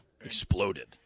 exploded